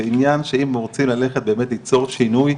זה עניין שאם רוצים ללכת ליצור שינוי,